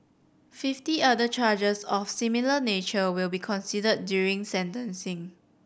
fifty other charges of similar nature will be considered during sentencing